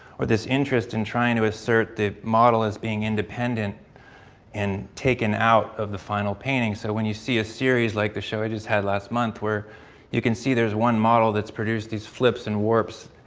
or this interest in trying to assert the model as being independent and taken out of the final painting so when you see a series like the show i just had last month where you can see there's one model that's produced these flips and warps,